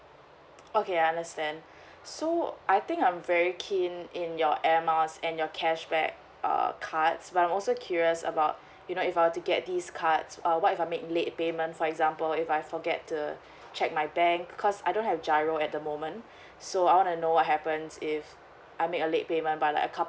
okay I understand so I think I'm very keen in your air miles and your cashback err cards but I'm also curious about you know if I were to get these cards err what if I make late payment for example if I forget to check my bank because I don't have giro at the moment so I want to know what happens if I make a late payment by like a